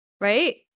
Right